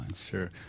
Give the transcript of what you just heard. sure